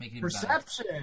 Perception